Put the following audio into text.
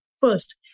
First